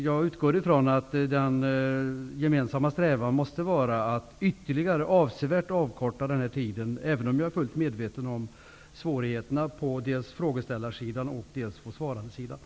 Jag utgår från att den gemensamma strävan måste vara att ytterligare avsevärt korta handläggningstiden, även om jag är fullt medveten om svårigheterna på dels frågeställarsidan, dels svarandesidan.